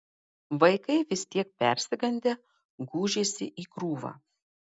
vaikai vis tiek persigandę gūžėsi į krūvą